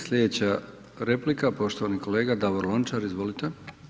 Slijedeća replika, poštovani kolega Davor Lončar, izvolite.